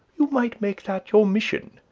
you might make that your mission,